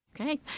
Okay